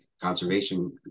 Conservation